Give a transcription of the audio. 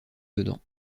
dedans